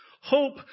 Hope